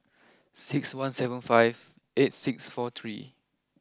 six one seven five eight six four three